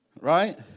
right